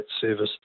service